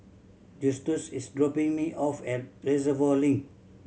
Justus is dropping me off at Reservoir Link